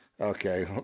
Okay